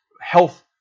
health